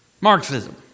Marxism